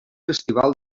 festival